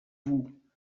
vous